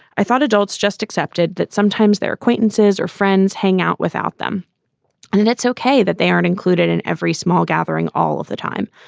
i thought adults just accepted that sometimes they're acquaintances or friends hang out without them and it's ok that they aren't included in every small gathering all of the time.